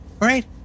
Right